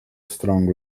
strong